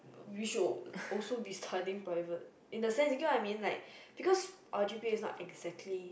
we should also be studying private in the sense you get what I mean like because our g_p_a is not exactly